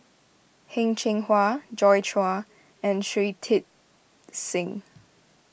Heng Cheng Hwa Joi Chua and Shui Tit Sing